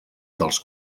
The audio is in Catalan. dels